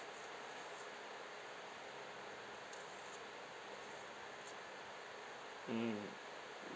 mm